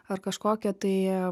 ar kažkokią tai